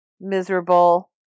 miserable